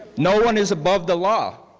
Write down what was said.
no one is above the law.